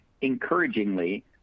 Encouragingly